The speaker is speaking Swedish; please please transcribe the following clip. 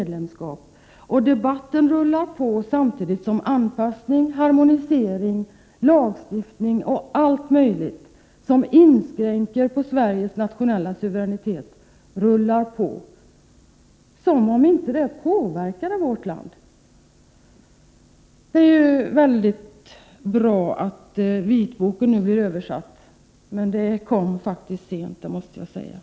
Debatten rullar på, samtidigt som anpassning, harmonisering, lagstiftning och allt möjligt som inskränker Sveriges nationella suveränitet rullar på — som om detta inte påverkade vår land! Det är ju mycket bra att vitboken nu blir översatt, men det kom sent, måste jag säga. Herr talman!